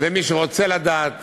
ומי שרוצה לדעת